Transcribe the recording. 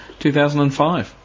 2005